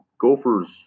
gophers